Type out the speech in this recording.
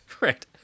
right